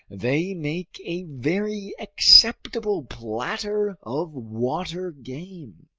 they make a very acceptable platter of water game.